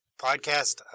podcast